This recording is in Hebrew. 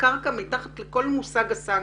הקרקע מתחת לכל מושג הסנקציה.